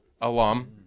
alum